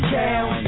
down